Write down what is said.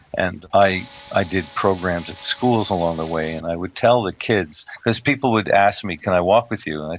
and i i did programs at schools along the way, and i would tell the kids, cause people would ask me, can i walk with you? and i'd